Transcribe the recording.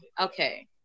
okay